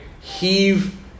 Heave